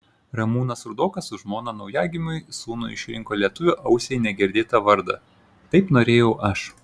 ramūnas rudokas su žmona naujagimiui sūnui išrinko lietuvio ausiai negirdėtą vardą taip norėjau aš